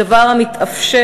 דבר המתאפשר,